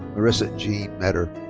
marisa jeanne meder.